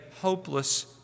hopeless